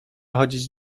chodzić